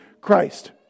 Christ